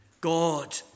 God